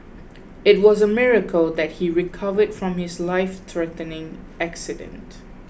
it was a miracle that he recovered from his lifethreatening accident